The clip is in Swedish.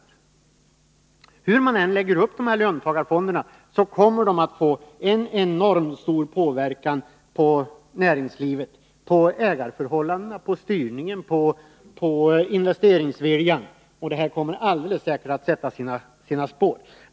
Hur socialdemokraterna än lägger upp dessa löntagarfonder, kommer de att få en enormt stor påverkan på näringslivet — på ägarförhållandena, styrningen och investeringsviljan. Det kommer alldeles säkert att sätta sina spår.